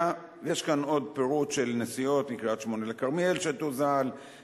יש כאן עוד פירוט של נסיעות מקריית-שמונה לכרמיאל שתוזל,